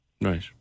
Right